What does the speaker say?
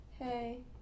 Hey